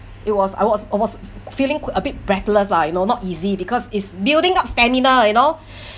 it was I was I was feeling q~ a bit breathless lah you know not easy because it's building up stamina you know